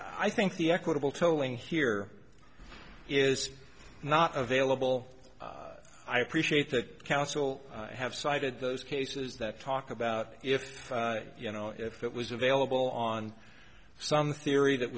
i think the equitable tolling here is not available i appreciate that counsel have cited those cases that talk about if you know if it was available on some theory that